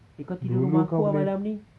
eh kau tidur rumah aku ah malam ni